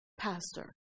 Pastor